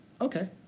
okay